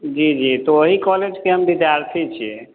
जी जी त वही कॉलेज के हम विद्यार्धी छी